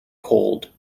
cold